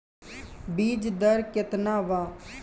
बीज दर केतना वा?